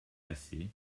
assez